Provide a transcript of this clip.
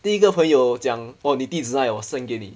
第一个朋友讲 orh 你地址哪里我 send 给你